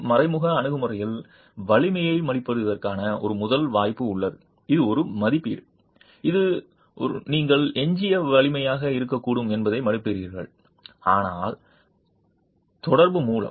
மறைமுக அணுகுமுறையில் வலிமையை மதிப்பிடுவதற்கான ஒரு முதல் வாய்ப்பு உள்ளது இது ஒரு மதிப்பீடு இது ஒரு நீங்கள் எஞ்சிய வலிமையாக இருக்கக்கூடும் என்பதை மதிப்பிடுகிறீர்கள் ஆனால் தொடர்பு மூலம்